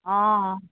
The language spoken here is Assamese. অঁ